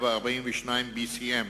142 BCM,